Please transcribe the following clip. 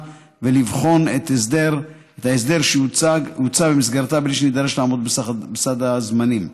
ולבחון את ההסדר שיוצע במסגרתה בלי שנידרש לעמוד בסד זמנים.